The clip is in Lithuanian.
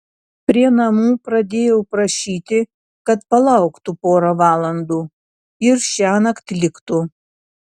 prie namų pradėjau prašyti kad palauktų porą valandų ir šiąnakt liktų